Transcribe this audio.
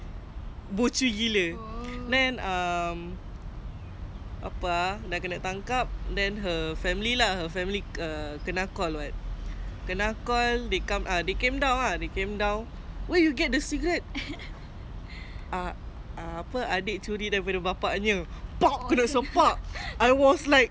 bocor gila then um apa ah dah kena tangkap then her family lah her family kena called [what] kena called they came down ah they came down where you get the cigarette ah apa adik curi daripada bapanya I was like